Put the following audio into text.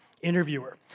Interviewer